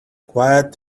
quiet